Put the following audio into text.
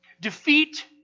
Defeat